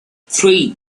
three